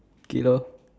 okay lor